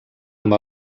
amb